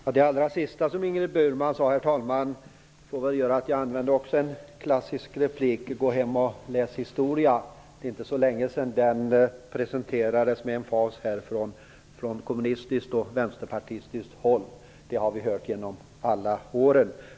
Herr talman! Det som Ingrid Burman avslutade med föranleder mig att använda en klassisk replik: Gå hem och läs historia! Det är inte så länge sedan som den presenterades här med emfas från kommunistiskt och vänsterpartistiskt håll. Det har vi hört genom alla år.